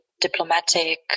diplomatic